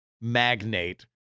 magnate